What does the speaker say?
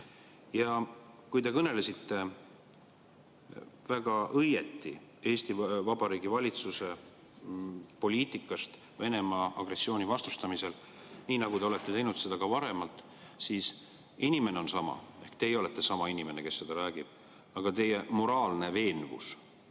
Ja kui te kõnelesite väga õigesti Eesti Vabariigi valitsuse poliitikast Venemaa agressiooni vastustamisel, nii nagu te olete teinud seda ka varem, siis inimene on küll sama ehk teie olete sama inimene, kes seda räägib, aga teie moraalne veenvus